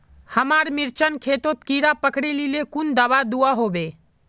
हमार मिर्चन खेतोत कीड़ा पकरिले कुन दाबा दुआहोबे?